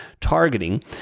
targeting